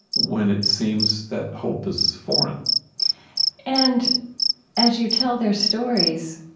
when it seems that hope is foreign and as you tell their stories,